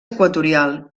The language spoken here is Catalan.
equatorial